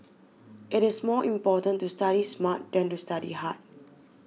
it is more important to study smart than to study hard